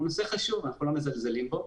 הוא נושא חשוב ואנחנו לא מזלזלים בו.